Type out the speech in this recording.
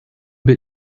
bit